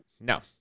No